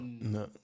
No